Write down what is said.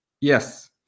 Yes